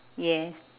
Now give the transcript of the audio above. yes